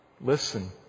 Listen